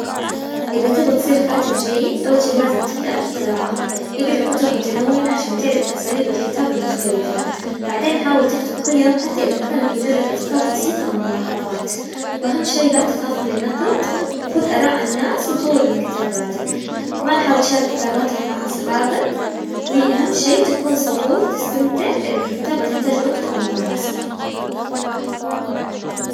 اذا تبي تصير كاتب جيد اول شي لازم تبدأ بالقراءة، اقرى كتب متنوعة عشان تعرف أساليب الكتاب المختلفة، بعدين حاول تكتب كل يوم حتى اذا كانت مجرد افكار بسيطة أو ملاحظات، وأهم شي لا تخاف من النقد، وخذ اراء الناس، وطور من كتاباتك، وكمان حاول تشارك كتاباتك مع اصحابك، وأهم شي تكون صبور، تستمتع، لأن الكتابة تحتاج وقت وممارسة.